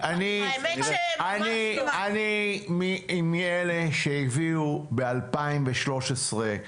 אני מאלה שהביאו ב-2013,